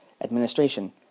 administration